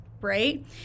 right